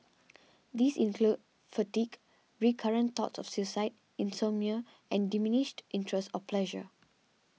these include fatigue recurrent thoughts of suicide insomnia and diminished interest or pleasure